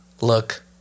look